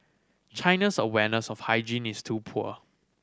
China's awareness of hygiene's too poor